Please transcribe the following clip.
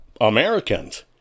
Americans